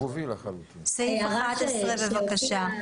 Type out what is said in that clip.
סעיף 11 בבקשה.